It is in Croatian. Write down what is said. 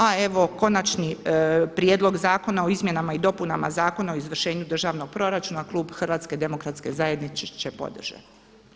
A evo Konačni prijedlog zakona o izmjenama i dopunama Zakona o izvršenju državnog proračuna klub HDZ-a će podržati.